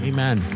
Amen